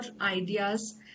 ideas